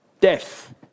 death